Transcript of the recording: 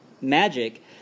Magic